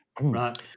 Right